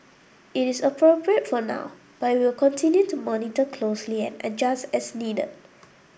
it is appropriate for now but we will continue to monitor closely and adjust as needed